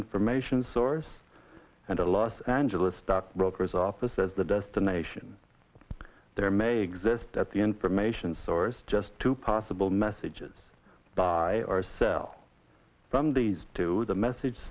information source and the los angeles stock broker's office as the destination there may exist at the information source just two possible messages by ourselves from these two the message